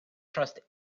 trust